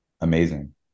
amazing